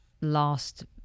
last